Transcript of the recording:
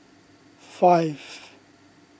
five